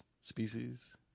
species